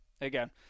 again